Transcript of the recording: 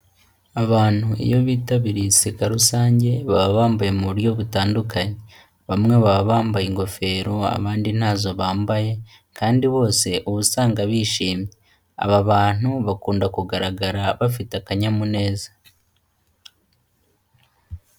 Abantu iyo bitabiriyeseka rusange baba bambaye mu buryo butandukanye, bamwe baba bambaye ingofero abandi ntazo bambaye, kandi bose ubu usanga bishimye, aba bantu bakunda kugaragara bafite akanyamuneza.